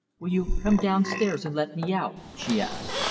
will you come downstairs and let me out? she asked.